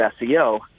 SEO